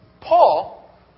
Paul